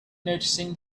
noticing